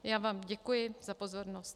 Já vám děkuji za pozornost.